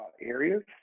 areas